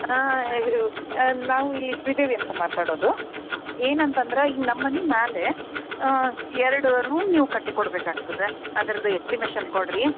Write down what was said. ಇದು ನಾವು ಇಲ್ಲಿ ಶ್ರೀದೇವಿ ಅಂತ ಮಾತಾಡೋದು ಏನಂತಂದ್ರೆ ಈ ನಮ್ಮ ಮನೆ ಮೇಲೆ ಎರಡು ರೂಮ್ ನೀವು ಕಟ್ಟಿ ಕೊಡ್ಬೇಕಾಗ್ತದೆ ಅದ್ರದ್ದು ಎಸ್ಟಿಮೇಶನ್ ಕೊಡ್ರಿ